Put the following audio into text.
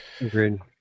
Agreed